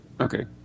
Okay